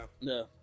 No